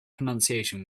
pronunciation